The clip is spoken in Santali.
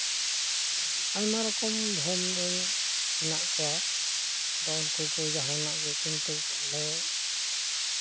ᱟᱭᱢᱟ ᱨᱚᱠᱚᱢ ᱫᱷᱚᱨᱚᱢ ᱨᱮᱱ ᱢᱮᱱᱟᱜ ᱠᱚᱣᱟ ᱟᱫᱚ ᱩᱱᱠᱩ ᱠᱚ ᱡᱟᱦᱟᱱᱟᱜ ᱠᱚ ᱠᱤᱱᱛᱩ ᱟᱞᱮ